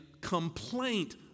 complaint